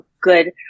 good